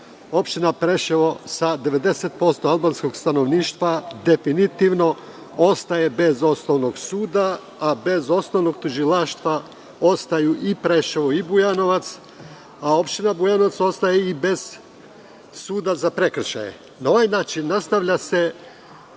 opština Preševo sa 90% albanskog stanovništva definitivno ostaje bez osnovnog suda, a bez osnovnog tužilaštva ostaju i Preševo i Bujanovac, a opština Bujanovac ostaje i bez suda za prekršaje. Na ovaj način, nastavlja se